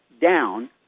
down